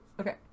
Okay